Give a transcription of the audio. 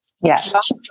Yes